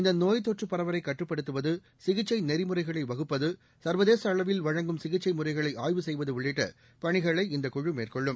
இந்தநோய் தொற்றுபரவலைகட்டுப்படுத்துவது சிகிச்சைநெறிமுறைகளைவகுப்பது சா்வதேசஅளவில் வழங்கும் சிசிச்சைமுறைகளைஆய்வு செய்வதுஉள்ளிட்டபணிகளை இந்த குழு மேற்கொள்ளும்